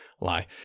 lie